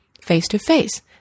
face-to-face